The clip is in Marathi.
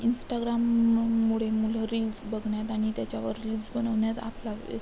इंस्टाग्राम म् मुळे मुलं रील्स बघण्यात आणि त्याच्यावर रिल्स बनवण्यात आपला वेळ